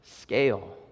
scale